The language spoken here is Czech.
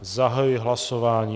Zahajuji hlasování.